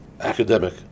academic